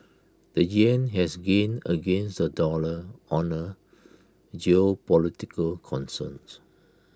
the Yen has gained against the dollar on A geopolitical concerns